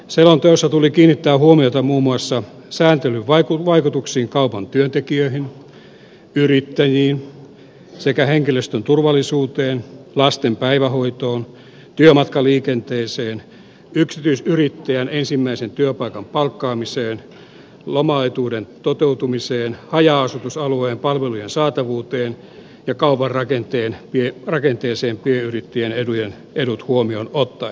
selonteossa tuli kiinnittää huomiota muun muassa sääntelyn vaikutuksiin kaupan työntekijöihin yrittäjiin sekä henkilöstön turvallisuuteen lasten päivähoitoon työmatkaliikenteeseen yksityisyrittäjän ensimmäisen työntekijän palkkaamiseen lomaetuuden toteutumiseen haja asutusalueen palvelujen saatavuuteen ja kaupan rakenteeseen pienyrittäjien edut huomioon ottaen